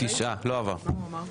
תשעה לא עבר.